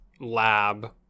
lab